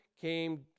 came